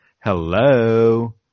Hello